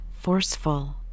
forceful